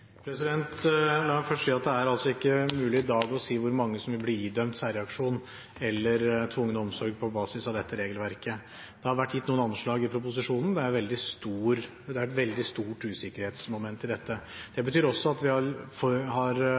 La meg først si at det ikke er mulig i dag å si hvor mange som vil bli idømt særreaksjon eller tvungen omsorg på basis av dette regelverket. Det har vært gitt noen anslag i proposisjonen. Det er et veldig stort usikkerhetsmoment i dette. Det betyr også at vi har